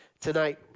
tonight